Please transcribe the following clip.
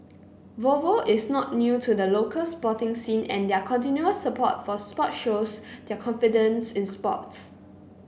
Volvo is not new to the local sporting scene and their continuous support for sports shows their confidence in sports